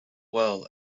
well